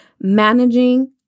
Managing